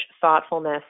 thoughtfulness